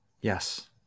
Yes